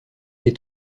est